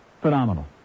Phenomenal